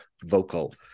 vocal